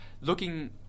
looking